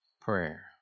prayer